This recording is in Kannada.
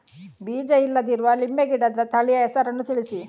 ಬೀಜ ಇಲ್ಲದಿರುವ ನಿಂಬೆ ಗಿಡದ ತಳಿಯ ಹೆಸರನ್ನು ತಿಳಿಸಿ?